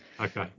Okay